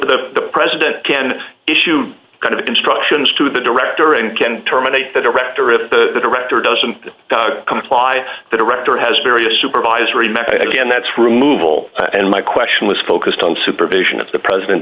the president can issue kind of instructions to the director and can terminate the director of the director doesn't comply the director has various supervisory method again that's removal and my question was focused on supervision of the president